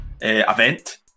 event